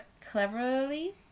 cleverly